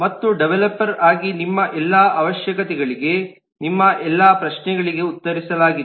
ಮತ್ತು ಡೆವಲಪರ್ ಆಗಿ ನಿಮ್ಮ ಎಲ್ಲಾ ಅವಶ್ಯಕತೆಗಳಿಗೆ ನಿಮ್ಮ ಎಲ್ಲಾ ಪ್ರಶ್ನೆಗಳಿಗೆ ಉತ್ತರಿಸಲಾಗಿದೆ